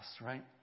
right